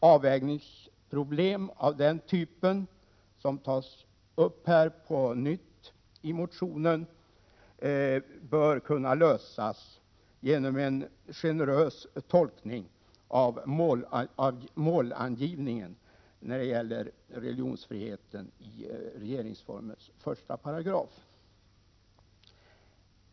Avvägningsproblem av den typ som på nytt tas upp i motion K210 bör kunna lösas genom en generös tolkning av målangivningen när det gäller religionsfriheten i regeringsformens 2 kap. 1 §.